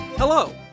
Hello